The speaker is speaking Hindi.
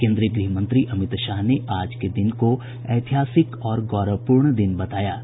केन्द्रीय गृह मंत्री अमित शाह ने आज के दिन को ऐतिहासिक और गौरवपूर्ण दिन बताया है